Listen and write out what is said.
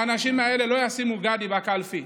האנשים האלה לא ישימו "גדי" בקלפי.